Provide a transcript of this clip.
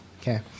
Okay